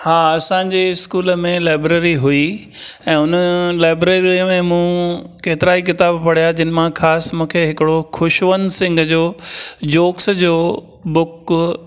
हा असांजे स्कूल में लाइब्रेरी हुई ऐं हुन लाइब्रेरीअ में मूं केतिरा ई किताब पढ़िया जिन मां ख़ासि मूंखे हिकिड़ो खुशवंत सिंङ जो जोक्स जो बुक